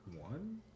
One